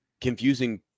confusing